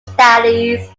studies